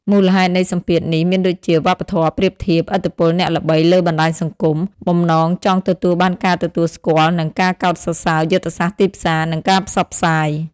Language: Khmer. មូលហេតុនៃសម្ពាធនេះមានដូចជា វប្បធម៌ប្រៀបធៀប ឥទ្ធិពលអ្នកល្បីលើបណ្តាញសង្គម បំណងចង់ទទួលបានការទទួលស្គាល់និងការកោតសរសើរ យុទ្ធសាស្ត្រទីផ្សារ និងការផ្សព្វផ្សាយ ។